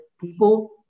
people